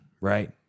right